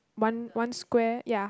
one one square ya